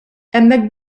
hemmhekk